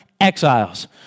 exiles